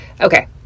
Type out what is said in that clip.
okay